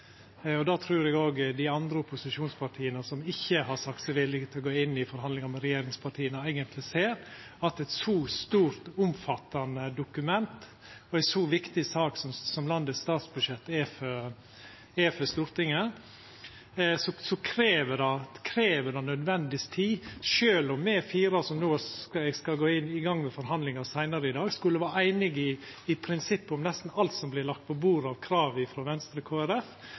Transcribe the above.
trur eg òg dei andre opposisjonspartia, som ikkje har sagt seg villige til å gå inn i forhandlingar med regjeringspartia, eigentleg ser. Eit så stort og omfattande dokument og ei så viktig sak som landets statsbudsjett er for Stortinget, krev nødvendigvis tid. Sjølv om me fire som skal gå i gang med forhandlingar seinare i dag, skulle vera einige i prinsippet om nesten alt som vert lagt på bordet av krav frå Venstre